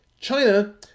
China